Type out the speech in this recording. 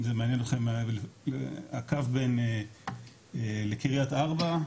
אם זה מעניין אתכם הקו לקרית ארבע,